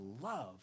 love